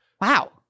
Wow